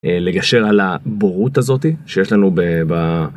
לגשר על הבורות הזאת שיש לנו ב.